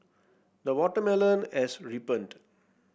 the watermelon has ripened